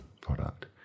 product